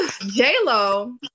J-Lo